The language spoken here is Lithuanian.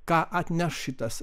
ką atneš šitas